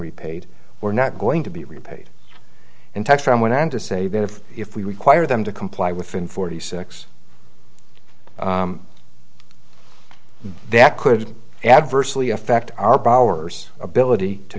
repaid were not going to be repaid in text and went on to say that if if we require them to comply with in forty six that could adversely affect our borrowers ability to